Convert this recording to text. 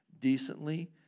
decently